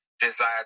desire